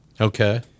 Okay